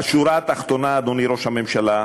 השורה התחתונה, אדוני ראש הממשלה,